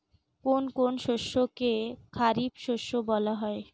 কোন কোন শস্যকে খারিফ শস্য বলা হয়?